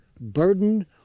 burdened